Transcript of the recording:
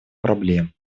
проблем